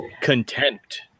contempt